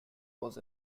was